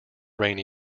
rainy